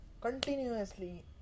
Continuously